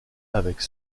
avec